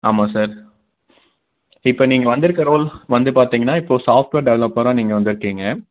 ஆமாம் சார் இப்போ நீங்கள் வந்துருக்க ரோல் வந்து பார்த்தீங்கன்னா இப்போது சாஃப்ட்வேர் டெவலப்பராக நீங்கள் வந்துருக்கீங்க